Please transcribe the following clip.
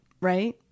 Right